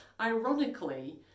ironically